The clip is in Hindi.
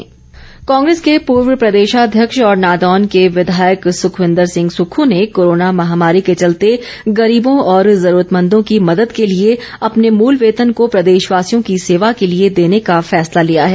सुक्ख कांग्रेस के पूर्व प्रदेशाध्यक्ष और नादौन के विधायक सुक्खविन्दर सिंह सुक्खू ने कोरोना महामारी के चलते गरीबों और जरूरतमंदों की मदद के लिए अपने मूल वेतन को प्रदेशवासियों की सेवा के लिए देने का फैसला लिया है